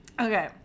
Okay